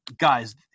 guys –